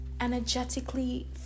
energetically